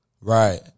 right